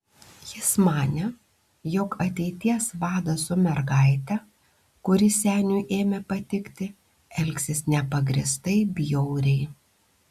jis manė jog ateities vadas su mergaite kuri seniui ėmė patikti elgsis nepagrįstai bjauriai